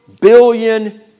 billion